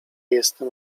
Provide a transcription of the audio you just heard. jestem